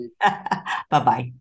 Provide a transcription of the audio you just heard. Bye-bye